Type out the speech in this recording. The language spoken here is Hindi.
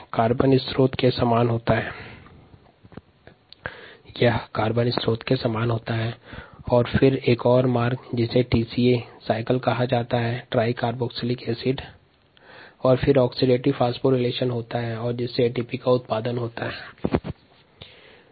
कार्बन स्त्रोत ग्लूकोज से पहले ग्लाइकोलिसिस फिर TCA चक्र और अंत में ऑक्सीडेटिव फोस्फोरिकरण की क्रिया होती है जिससे एटीपी का उत्पादन होता है